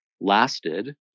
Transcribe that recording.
lasted